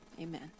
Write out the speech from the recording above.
amen